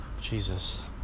Jesus